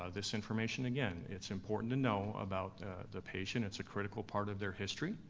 ah this information again, it's important to know about the patient, it's a critical part of their history,